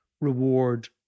reward